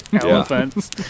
elephants